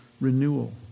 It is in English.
renewal